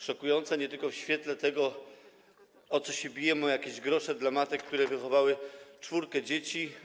Szokującą nie tylko w świetle tego, o co się bijemy: jakieś grosze dla matek, które wychowały czwórkę dzieci.